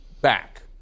back